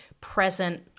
present